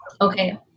okay